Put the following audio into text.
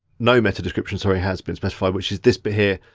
no meta description, sorry, has been specified, which is this bit here.